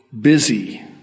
busy